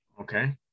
Okay